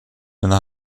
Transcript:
mina